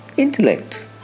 Intellect